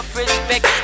respect